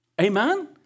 Amen